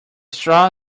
straw